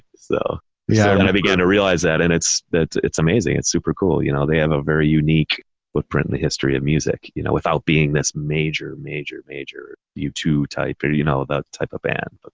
so yeah and i began to realize that. and it's, it's amazing. it's super cool. you know, they have a very unique footprint in the history of music, you know, without being this major, major, major u two type, or you know, that type of band, but